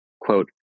Quote